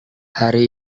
hari